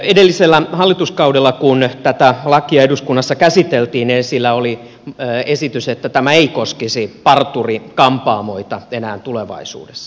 edellisellä hallituskaudella kun tätä lakia eduskunnassa käsiteltiin esillä oli esitys että tämä ei koskisi parturi kampaamoita enää tulevaisuudessa